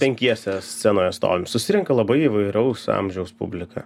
penkiese scenoje stovim susirenka labai įvairaus amžiaus publika